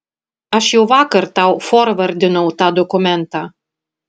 aš jau vakar tau forvardinau tą dokumentą